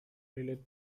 lilith